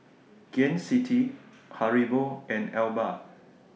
Gain City Haribo and Alba